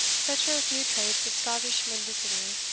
such are a few traits of scottish mendicity,